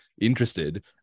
interested